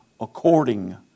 according